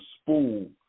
spool